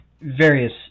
various